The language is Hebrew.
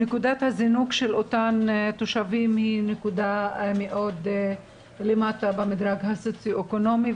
נקודת הזינוק של אותם תושבים היא נקודה מאוד למטה במדרג הסוציו-אקונומי,